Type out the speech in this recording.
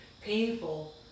painful